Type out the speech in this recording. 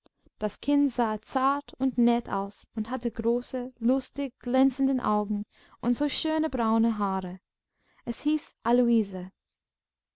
das kind sah zart und nett aus und hatte große lustig glänzende augen und so schöne braune haare es hieß